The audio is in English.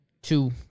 Two